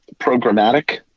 programmatic